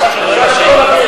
משותפת?